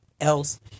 else